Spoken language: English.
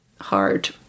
hard